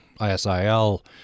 ISIL